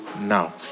now